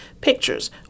pictures